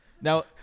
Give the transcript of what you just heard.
now